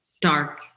dark